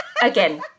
again